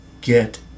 get